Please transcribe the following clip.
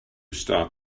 stop